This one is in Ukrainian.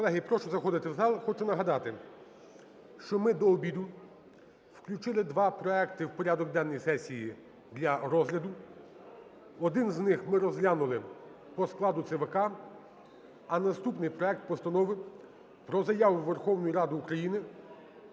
Колеги, прошу заходити в зал. Хочу нагадати, що ми до обіду включили два проекти в порядок денний сесії для розгляду. Один з них ми розглянули - по складу ЦВК, а наступний - проект Постанови про Заяву Верховної Ради України